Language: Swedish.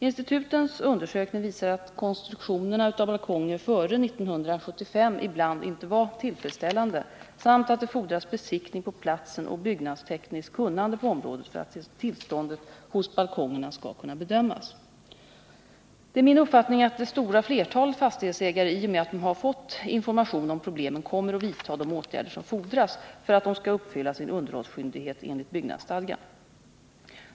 Institutens undersökning visar att konstruktionerna av balkonger före år 1965 ibland inte var tillfredsställande samt att det fordras besiktning på platsen och byggnadstekniskt kunnande på området för att tillståndet hos balkongerna skall kunna bedömas. Det är min uppfattning att det stora flertalet fastighetsägare i och med att de får information om problemen kommer att vidta de åtgärder som fordras för att de skall uppfylla sin underhållsskyldighet enligt byggnadsstadgan.